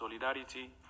solidarity